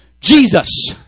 Jesus